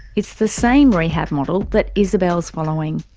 it's the same rehab model that isabelle is following.